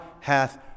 hath